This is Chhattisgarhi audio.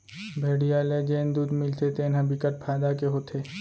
भेड़िया ले जेन दूद मिलथे तेन ह बिकट फायदा के होथे